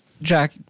Jack